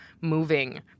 moving